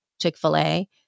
Chick-fil-A